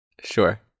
Sure